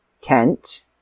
tent